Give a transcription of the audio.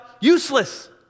Useless